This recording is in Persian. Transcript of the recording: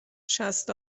شصت